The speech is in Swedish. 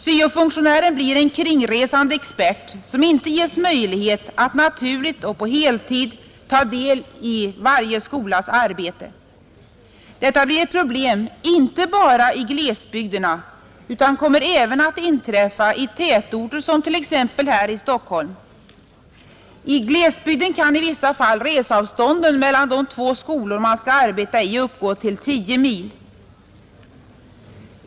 Syo-funktionären blir en ”kringresande expert” som inte ges möjlighet att naturligt och på heltid ta del i varje skolas arbete. Detta blir ett problem inte bara i glesbygderna utan även i tätorter, t.ex. här i Stockholm. I glesbygder kan i vissa fall resavståndet mellan de två skolor man skall arbeta i uppgå till tio mil.